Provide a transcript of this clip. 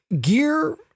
Gear